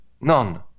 None